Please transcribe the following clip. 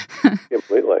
Completely